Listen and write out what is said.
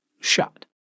shot